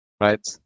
right